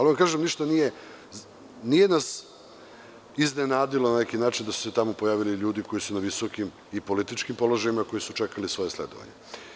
Nije nas iznenadilo, na neki način, da su se tamo pojavili ljudi koji su na visokim i političkim položajima, a koji su čekali svoje sledovanje.